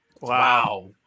Wow